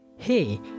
hey